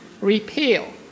repeal